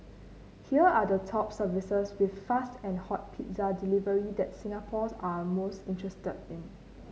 here are the top services with fast and hot pizza delivery that Singaporeans are most interested in